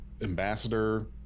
ambassador